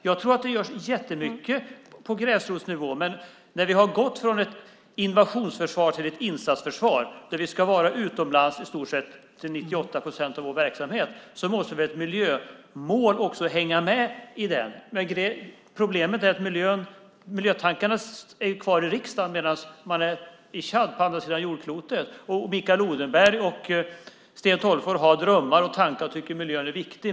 Jag tror att det görs jättemycket på gräsrotsnivå. Men när vi har gått från ett invasionsförsvar till ett insatsförsvar där vi ska vara utomlands till i stort sett 98 procent av vår verksamhet måste ett miljömål också hänga med i det. Problemet är att miljötankarna finns kvar i riksdagen medan man är i Tchad på andra sidan jordklotet. Mikael Odenberg och Sten Tolgfors har drömmar och tankar och tycker att miljön är viktig.